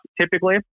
typically